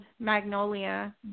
Magnolia